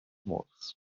murs